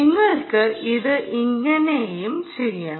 നിങ്ങൾക്ക് ഇത് ഇങ്ങനെയും ചെയ്യാം